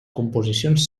composicions